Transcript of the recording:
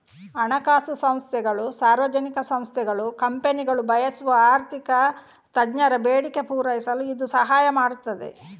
ಹಣಕಾಸು ಸಂಸ್ಥೆಗಳು, ಸಾರ್ವಜನಿಕ ಸಂಸ್ಥೆಗಳು, ಕಂಪನಿಗಳು ಬಯಸುವ ಆರ್ಥಿಕ ತಜ್ಞರ ಬೇಡಿಕೆ ಪೂರೈಸಲು ಇದು ಸಹಾಯ ಮಾಡ್ತದೆ